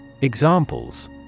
Examples